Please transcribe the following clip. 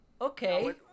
okay